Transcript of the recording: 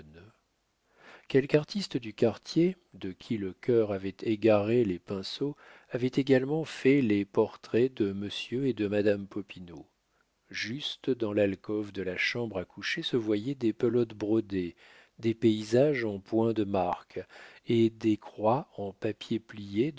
quelque artiste du quartier de qui le cœur avait égaré les pinceaux avait également fait les portraits de monsieur et de madame popinot jusque dans l'alcôve de la chambre à coucher se voyaient des pelotes brodées des paysages en point de marque et des croix en papier plié